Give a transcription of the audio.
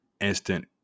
instant